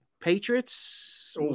Patriots